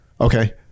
Okay